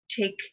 take